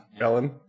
Ellen